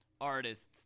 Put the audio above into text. artists